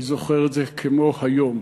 אני זוכר את זה כמו היום.